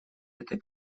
этой